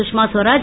Sushma Swaraj